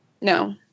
No